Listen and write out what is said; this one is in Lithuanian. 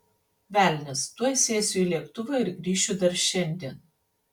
velnias tuoj sėsiu į lėktuvą ir grįšiu dar šiandien